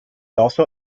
also